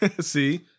See